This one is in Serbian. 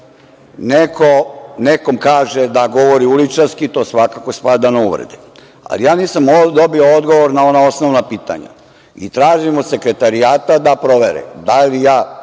neko nekom kaže da govori uličarski, to svakako spada na uvrede. Ali, ja nisam dobio odgovor na ona osnovna pitanja i tražim od Sekretarijata da provere, da li ja